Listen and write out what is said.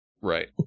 right